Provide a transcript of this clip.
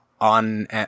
on